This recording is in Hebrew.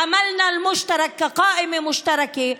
בעבודתנו המשותפת כרשימה משותפת.